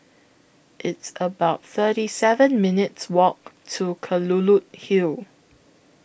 It's about thirty seven minutes Walk to Kelulut Hill